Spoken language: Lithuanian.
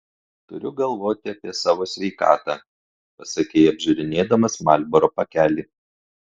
turiu galvoti apie savo sveikatą pasakei apžiūrinėdamas marlboro pakelį